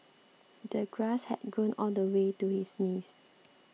the grass had grown all the way to his knees